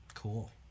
cool